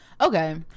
okay